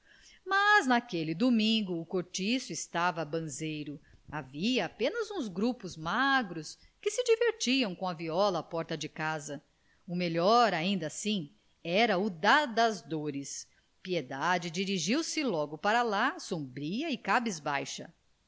mas naquele domingo o cortiço estava banzeiro havia apenas uns grupos magros que se divertiam com a viola à porta de casa o melhor ainda assim era o da das dores piedade dirigiu-se logo para lá sombria e cabisbaixa